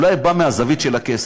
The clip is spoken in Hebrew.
אולי הוא בא מהזווית של הכסף?